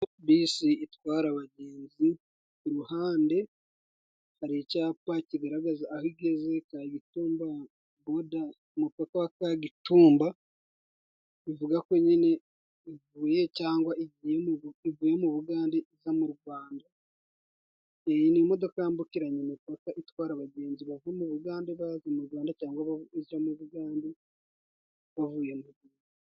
Bisi itwara abagenzi iruhande hari icapa kigaragaza aho igeze kagitumba boda k'umupaka wa Katumba. Bivuga ko nyine ivuye cangwa igiye mu Bugande iza mu Rwanda. Iyi ni imodoka yambukiranya imipaka itwara abagenzi bava mu Bugande baja mu Rwanda, cangwa baja mu Buganda bava mu Rwanda.